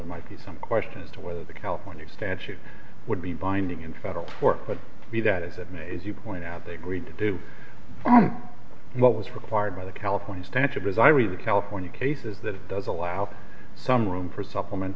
it might be some question as to whether the california statute would be binding in federal court but be that as it may is you point out they agreed to do what was required by the california statute as i read the california cases that does allow for some room for supplement